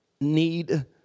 need